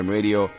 Radio